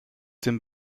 den